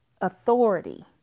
authority